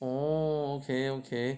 orh okay okay